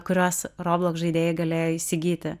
kuriuos robloks žaidėjai galėjo įsigyti